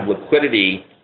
liquidity